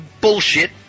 Bullshit